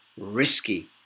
risky